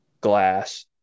glass